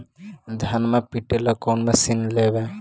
धनमा पिटेला कौन मशीन लैबै?